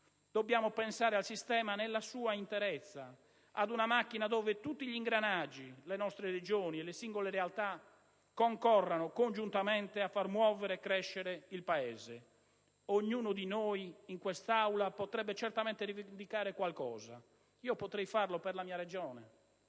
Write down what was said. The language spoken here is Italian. Dobbiamo pensare al sistema nella sua interezza, come ad una macchina in cui tutti gli ingranaggi - le nostre Regioni e le singole realtà - concorrano congiuntamente a far muovere e crescere il Paese. Ognuno di noi in quest'Aula potrebbe certamente rivendicare qualcosa; io potrei farlo per la mia Regione,